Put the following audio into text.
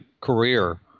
career